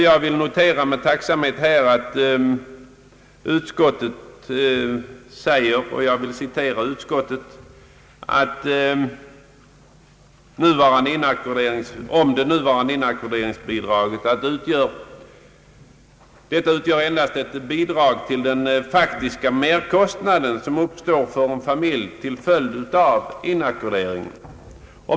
Jag vill med tacksamhet notera utskottets uttalande att inackorderingstillägget endast utgör ett bidrag till den faktiska merkostnad som uppstår för en familj till följd av inackorderingen.